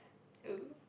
oh